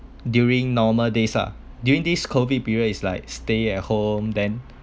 during normal days ah during this COVID period is like stay at home then